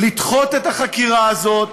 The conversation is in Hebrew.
לדחות את החקירה הזאת,